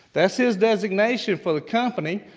that's his designation for the company,